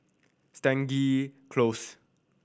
Stangee Close